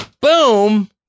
boom